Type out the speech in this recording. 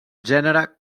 gènere